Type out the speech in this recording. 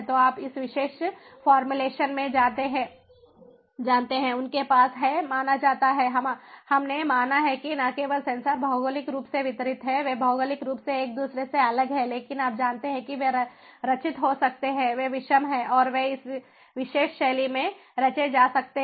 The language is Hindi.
तो आप इस विशेष फॉर्मूलेशन में जानते हैं उनके पास है माना जाता है हमने माना है कि न केवल सेंसर भौगोलिक रूप से वितरित हैं वे भौगोलिक रूप से एक दूसरे से अलग हैं लेकिन आप जानते हैं कि वे रचित हो सकते हैं वे विषम हैं और वे इस विशेष शैली में रचे जा सकते हैं